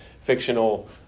fictional